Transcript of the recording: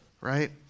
Right